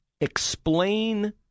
explain